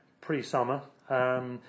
pre-summer